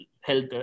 health